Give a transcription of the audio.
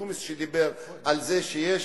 ג'ומס דיבר על זה שיש